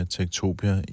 Tektopia